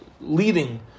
leading